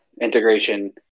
integration